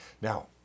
Now